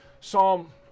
Psalm